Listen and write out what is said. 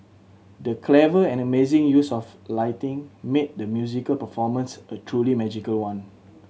the clever and amazing use of lighting made the musical performance a truly magical one